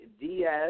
Diaz